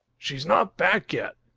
she's not back yet!